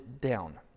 down